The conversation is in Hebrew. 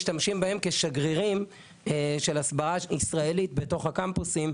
משתמשים בהם כשגרירים של הסברה ישראלית בתוך הקמפוסים,